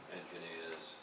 engineers